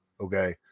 Okay